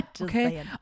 Okay